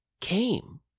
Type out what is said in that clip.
came